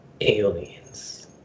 Aliens